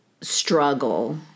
struggle